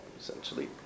essentially